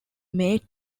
made